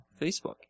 Facebook